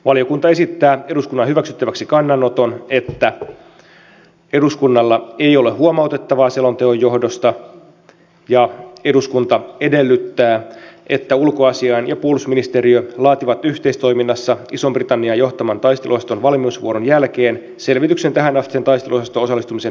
valiokunta esittää eduskunnan hyväksyttäväksi kannanoton että eduskunnalla ei ole huomautettavaa selonteon johdosta ja eduskunta edellyttää että ulkoasiain ja puolustusministeriö laativat yhteistoiminnassa ison britannian johtaman taisteluosaston valmiusvuoron jälkeen selvityksen tähänastisen taisteluosasto osallistumisen hyödyistä suomelle